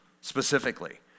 specifically